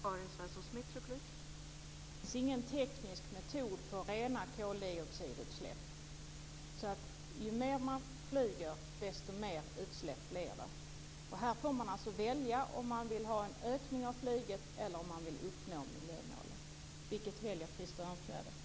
Fru talman! Det finns ingen teknisk metod för att rena koldioxidutsläpp. Ju mer man flyger, desto mer utsläpp blir det. Här får man välja om man vill ha en ökning av flyget eller om man vill uppnå miljömålet.